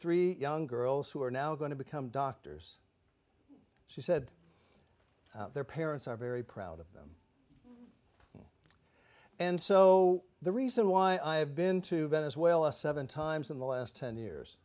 three young girls who are now going to become doctors she said their parents are very proud of them and so the reason why i have been to venezuela seven times in the last ten years